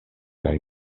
kaj